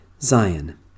Zion